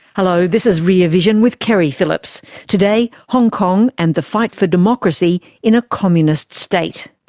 hello, this is rear vision with keri phillips. today, hong kong and the fight for democracy in a communist state.